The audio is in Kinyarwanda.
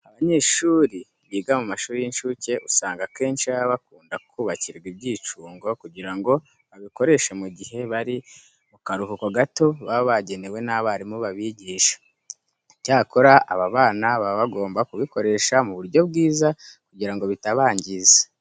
Abanyeshuri biga mu mashuri y'incuke usanga akenshi baba bakunda kubakirwa ibyicungo kugira ngo babikoreshe mu gihe bari mu karuhuko gato baba bagenewe n'abarimu babigisha. Icyakora aba bana baba bagomba kubikoresha mu buryo bwiza kugira ngo bitabangiza.